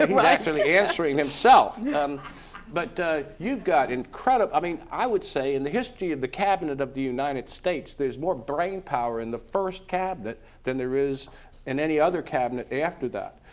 he's actually answering himself. laughter yeah um but you've got incredible, i mean i would say, in the history of the cabinet of the united states there's more brain power in the first cabinet then there is in any other cabinet after that.